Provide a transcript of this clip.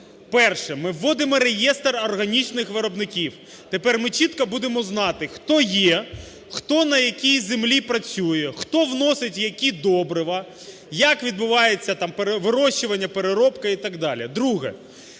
Вперше ми вводимо реєстр органічних виробників. Тепер ми чітко будемо знати, хто є, хто на якій землі працює, хто вносить які добрива, як відбувається там вирощування, переробка і так далі. Друге.